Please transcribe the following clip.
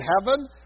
heaven